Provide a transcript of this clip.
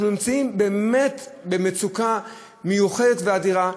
אנחנו נמצאים באמת במצוקה מיוחדת ואדירה,